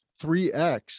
3x